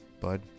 bud